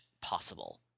possible